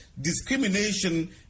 discrimination